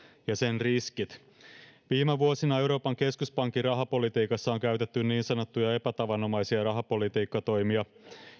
ja sen riskit viime vuosina euroopan keskuspankin rahapolitiikassa on käytetty niin sanottuja epätavanomaisia rahapolitiikkatoimia